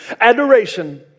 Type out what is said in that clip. Adoration